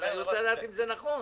אבל אני רוצה לדעת אם זה נכון.